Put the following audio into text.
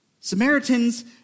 Samaritans